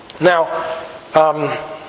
now